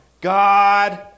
God